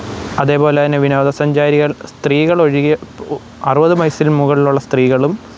അതേപോലെ തന്നെ വിനോദസഞ്ചാരികള് സ്ത്രീകളൊഴികെ അറുവത് വയസ്സിന് മുകളിലുള്ള സ്ത്രീകളും